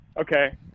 Okay